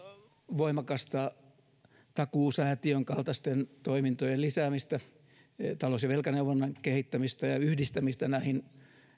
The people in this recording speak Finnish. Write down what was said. voimakasta takuusäätiön kaltaisten toimintojen lisäämistä talous ja velkaneuvonnan kehittämistä ja yhdistämistä näihin